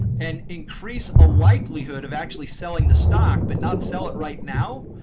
and increase a likelihood of actually selling the stock, but not sell it right now,